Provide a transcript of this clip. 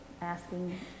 asking